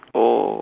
oh